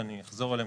ואני אחזור עליהם.